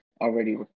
already